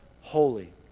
holy